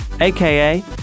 aka